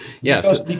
Yes